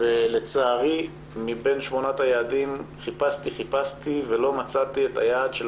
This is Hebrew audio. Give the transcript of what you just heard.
מבין שמונת היעדים לא מצאתי,